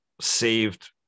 saved